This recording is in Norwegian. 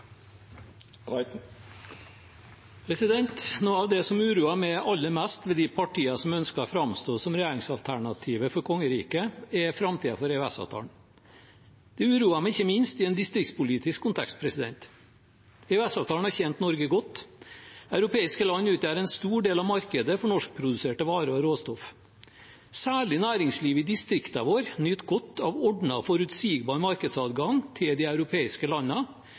som uroer meg aller mest med de partiene som ønsker å framstå som regjeringsalternativet for kongeriket, er framtiden for EØS-avtalen. Jeg uroer meg ikke minst i en distriktspolitisk kontekst. EØS-avtalen har tjent Norge godt. Europeiske land utgjør en stor del av markedet for norskproduserte varer og råstoff. Særlig næringslivet i distriktene våre nyter godt av ordnet og forutsigbar markedsadgang til de europeiske